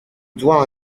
droit